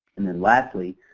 and then lastly,